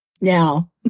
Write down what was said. Now